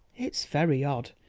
it's very odd,